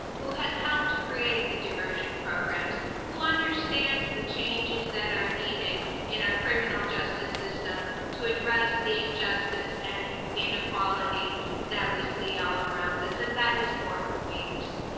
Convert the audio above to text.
who has helped create the diversion programs, who understands the changes that are needed in our criminal justice system to address the injustice and inequality that we see all around us. and that is gordon weekes.